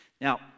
Now